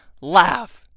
laugh